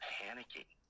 panicking